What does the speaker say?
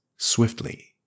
Swiftly